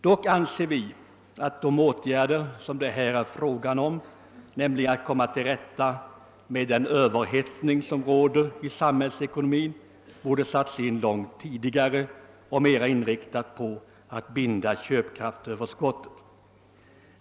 Dock anser vi att de åtgärder som det här är fråga om, nämligen att komma till rätta med den överhettning som råder i samhällsekonomin, borde ha satts in långt tidigare och mera inriktats på att binda köpkraftöverskottet.